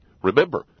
Remember